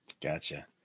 Gotcha